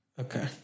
Okay